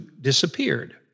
disappeared